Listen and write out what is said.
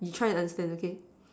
you try and understand okay